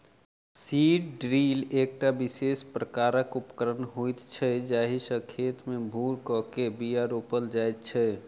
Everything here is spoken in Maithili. सीड ड्रील एकटा विशेष प्रकारक उपकरण होइत छै जाहि सॅ खेत मे भूर क के बीया रोपल जाइत छै